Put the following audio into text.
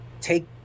take